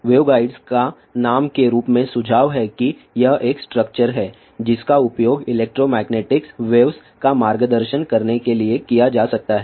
waveguides का नाम के रूप में सुझाव है कि यह एक स्ट्रक्चर है जिसका उपयोग इलेक्ट्रोमैग्नेटिक वेव्स का मार्गदर्शन करने के लिए किया जा सकता है